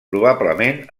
probablement